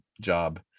job